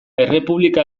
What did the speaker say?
errepublika